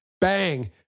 bang